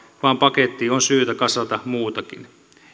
vaan pakettiin on syytä kasata muutakin